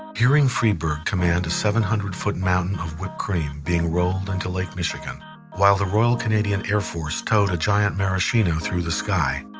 hearing freberg command a seven hundred foot mountain of whipped cream being rolled into lake michigan while the royal canadian air force towed a giant maraschino through the sky,